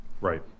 Right